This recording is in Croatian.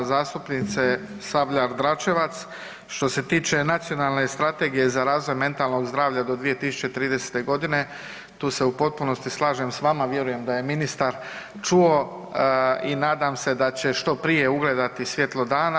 Poštovana zastupnice Sabljar Dračevac, što se tiče Nacionalne strategije za razvoj mentalnog zdravlja do 2030. godine tu se u potpunosti slažem s vama, vjerujem da je ministar čuo i nadam se da će što prije ugledati svjetlo dana.